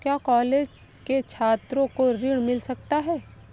क्या कॉलेज के छात्रो को ऋण मिल सकता है?